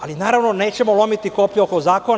Ali, naravno, nećemo lomiti koplja oko zakona.